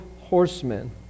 horsemen